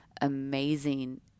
amazing